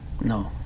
No